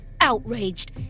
outraged